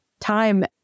time